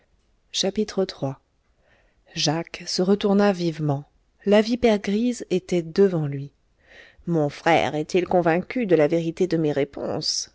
iii jacques se retourna vivement la vipère grise était devant lui mon frère est-il convaincu de la vérité de mes réponses